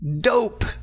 dope